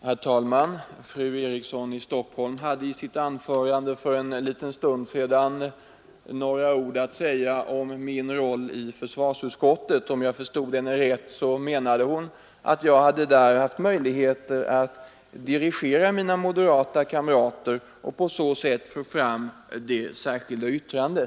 Herr talman! Fru Eriksson i Stockholm hade i sitt anförande för en liten stund sedan några ord att säga om min roll i försvarsutskottet. Om jag förstod henne rätt, menade hon att jag där hade haft möjlighet att dirigera mina moderata kamrater och på så sätt få fram det särskilda yttrandet.